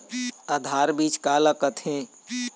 आधार बीज का ला कथें?